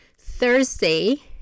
Thursday